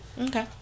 Okay